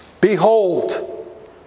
behold